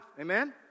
Amen